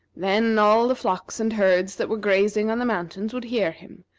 then all the flocks and herds that were grazing on the mountains would hear him,